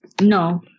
No